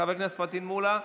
חבר הכנסת פטין מולא,